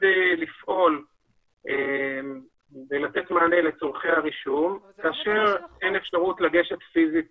לפעול ולתת מענה לצורכי הרישום כאשר אין אפשרות לגשת פיזית